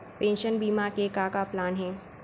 Pension बीमा के का का प्लान हे?